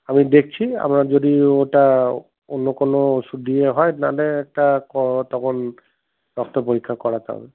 আমি দেখছি আমার যদি ওটা অন্য কোনও ওষুধ দিয়ে হয় নাহলে একটা তখন রক্ত পরীক্ষা করাতে হবে